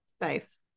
Nice